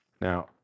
Now